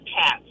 cats